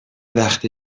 وقت